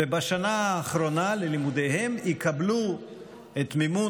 ובשנה האחרונה ללימודיהם יקבלו את מימון